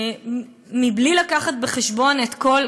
בלי להביא בחשבון את כל,